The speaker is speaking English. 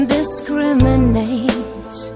discriminate